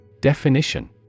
Definition